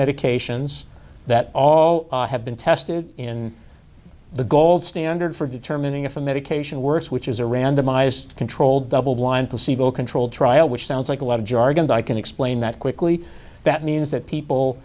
medications that all have been tested in the gold standard for determining if a medication works which is a randomized controlled double blind placebo controlled trial which sounds like a lot of jargon but i can explain that quickly that means that people